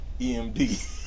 EMD